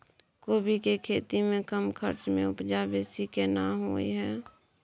कोबी के खेती में कम खर्च में उपजा बेसी केना होय है?